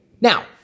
Now